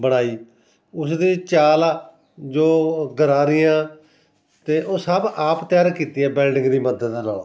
ਬਣਾਈ ਉਸਦੀ ਚਾਲ ਆ ਜੋ ਗਰਾਰੀਆਂ ਅਤੇ ਉਹ ਸਭ ਆਪ ਤਿਆਰ ਕੀਤੀ ਆ ਬੈਲਡਿੰਗ ਦੀ ਮਦਦ ਨਾਲ